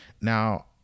now